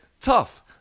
tough